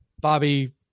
Bobby